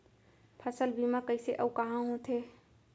फसल बीमा कइसे अऊ कहाँ होथे?